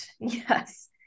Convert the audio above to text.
Yes